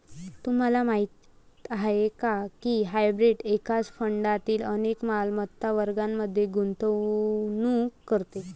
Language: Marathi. तुम्हाला माहीत आहे का की हायब्रीड एकाच फंडातील अनेक मालमत्ता वर्गांमध्ये गुंतवणूक करते?